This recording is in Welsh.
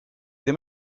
ddim